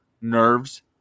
nerves